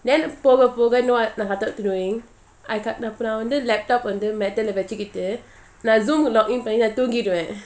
then அப்புறம்வந்து:apuram vandhu laptop வந்துமெத்தைலவச்சிக்கிட்டுநான்:vandhu methaila vachikitu nan Zoom log in நான்தூங்கிடுவேன்:nan thoongiduven